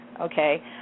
okay